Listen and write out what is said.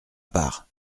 part